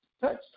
Touch